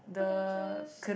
work lunches